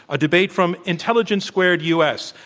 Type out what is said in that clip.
a debate from intelligence squared u. s.